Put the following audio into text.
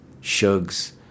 Shugs